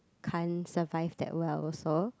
can't survive that well also